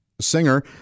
singer